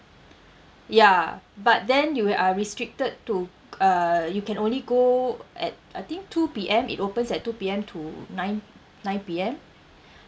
ya but then you are restricted to uh you can only go at I think two P_M it opens at two P_M to nine nine P_M